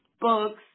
books